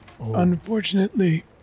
Unfortunately